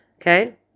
Okay